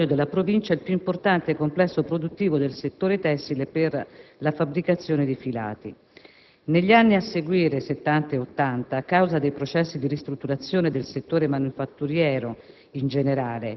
nel territorio della Provincia il più importante complesso produttivo del settore tessile per la fabbricazione di filati. Negli anni a seguire, Settanta e Ottanta, a causa dei processi di ristrutturazione del settore manifatturiero